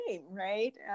Right